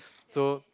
so